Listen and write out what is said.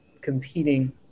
competing